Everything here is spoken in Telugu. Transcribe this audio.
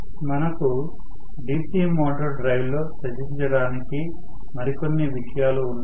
మనకు DC మోటారు డ్రైవ్లో చర్చించడానికి మరికొన్నివిషయాలు ఉన్నాయి